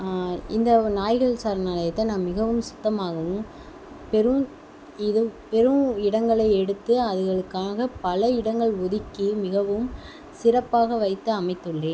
இந்த நாய்கள் சரணாலயத்தை நான் மிகவும் சுத்தமாகவும் பெரும் இதுவும் பெரும் இடங்களை எடுத்து அதுகளுக்காக பல இடங்கள் ஒதுக்கி மிகவும் சிறப்பாக வைத்து அமைத்துள்ளேன்